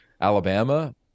Alabama